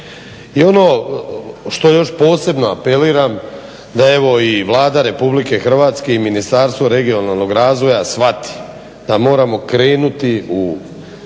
I ono što još posebno apeliram da evo i Vlada Republike Hrvatske i Ministarstvo regionalnog razvoja shvati da moramo krenuti u